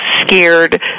scared